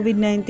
COVID-19